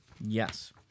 Yes